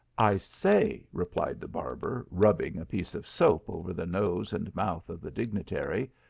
i say, replied the barber, rubbing a piece of soap over the nose and mouth of the dignitary,